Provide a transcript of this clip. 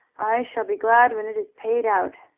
i shall be glad when it is paid out,